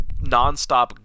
nonstop